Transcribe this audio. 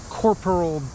corporal